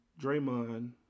Draymond